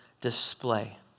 display